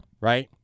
right